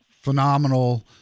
phenomenal